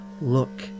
Look